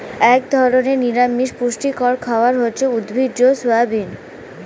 এক ধরনের নিরামিষ পুষ্টিকর খাবার হচ্ছে উদ্ভিজ্জ সয়াবিন